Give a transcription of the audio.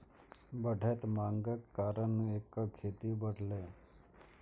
बढ़ैत मांगक कारण एकर खेती बढ़लैए